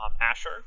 Asher